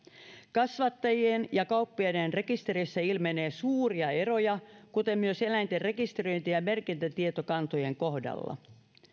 kasvattajien ja kauppiaiden rekistereissä ilmenee suuria eroja kuten myös eläinten rekisteröinti ja ja merkintätietokantojen kohdalla